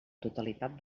totalitat